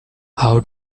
how